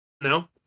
No